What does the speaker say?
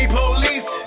police